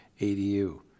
ADU